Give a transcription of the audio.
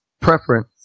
preference